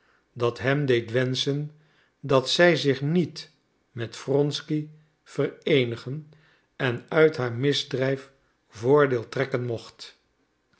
dat hem deed wenschen dat zij zich niet met wronsky vereenigen en uit haar misdrijf voordeel trekken mocht